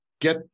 get